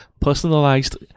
personalized